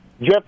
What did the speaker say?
Jeff